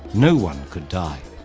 no one could die,